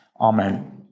Amen